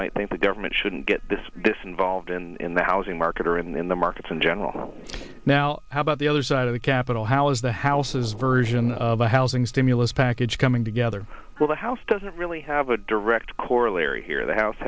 might think that government shouldn't get this this involved in the housing market or in the markets in general now how about the other side of the capitol how is the house's version of a housing stimulus package coming together well the house doesn't really have a direct corollary here the house